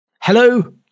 hello